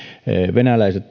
venäläiset